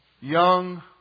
young